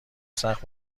سخت